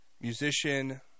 musician